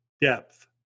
depth